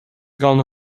gone